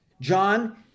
John-